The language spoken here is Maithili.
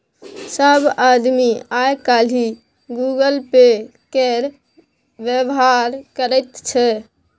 सभ आदमी आय काल्हि गूगल पे केर व्यवहार करैत छै